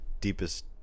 deepest